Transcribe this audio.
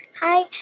hi,